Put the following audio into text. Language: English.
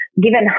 given